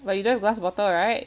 but you don't have glass bottle right